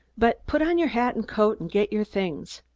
but put on your hat and coat and get your things.